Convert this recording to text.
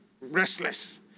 restless